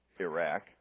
Iraq